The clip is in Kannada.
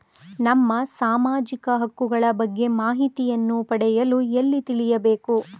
ನಮ್ಮ ಸಾಮಾಜಿಕ ಹಕ್ಕುಗಳ ಬಗ್ಗೆ ಮಾಹಿತಿಯನ್ನು ಪಡೆಯಲು ಎಲ್ಲಿ ತಿಳಿಯಬೇಕು?